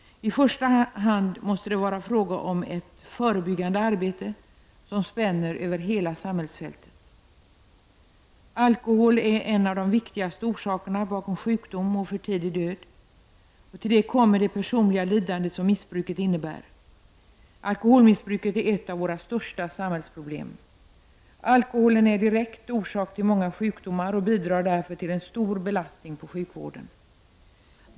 I första hand måste det vara fråga om ett förebyggande arbete som spänner över hela samhällsfältet. Alkohol är en av de viktigaste orsakerna bakom sjukdomar och för tidig död. Till det kommer det personliga lidande som missbruket innebär. Alkoholmissbruket är ett av våra största samhällsproblem. Alkoholen är direkt orsak till många sjukdomar och bidrar därför till en stor belastning för sjukvården.